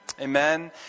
Amen